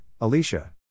Alicia